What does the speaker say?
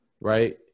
Right